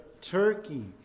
turkey